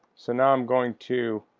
so now i'm going to